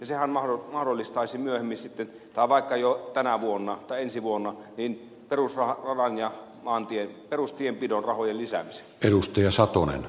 sehän mahdollistaisi myöhemmin tai vaikka jo tänä vuonna tai ensi vuonna perusradan ja perustienpidon rahojen lisäämisen